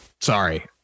Sorry